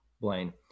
Blaine